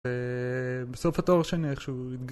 ובסוף התואר השני איכשהו התגלגל.